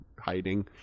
hiding